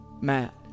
Matt